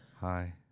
hi